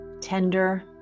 tender